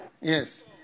Yes